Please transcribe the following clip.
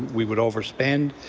we would over spend.